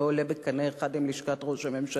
עולה בקנה אחד עם זה של לשכת ראש הממשלה,